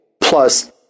plus